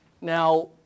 Now